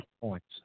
points